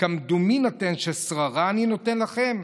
"כמדומין אתם ששררה אני נותן לכם?